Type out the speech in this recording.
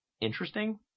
interesting